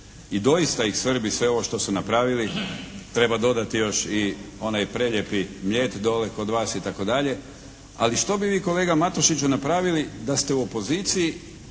i doista ih svrbi sve ovo što su napravili, treba dodati još i onaj prelijepi Mljet dolje kod vas itd., ali što bi vi kolega Matušiću napravili da ste u opoziciji,